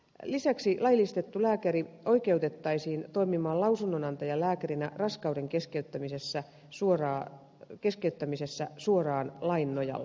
lisäksi laillistettu lääkäri oikeutettaisiin toimimaan lausunnonantajalääkärinä raskauden keskeyttämisessä suoraan lain nojalla